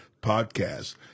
podcast